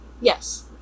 Yes